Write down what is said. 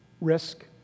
risk